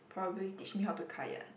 probably teach me how to kayak